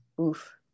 Oof